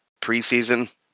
preseason